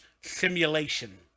Simulation